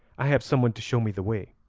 i have someone to show me the way,